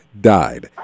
died